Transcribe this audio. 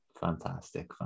Fantastic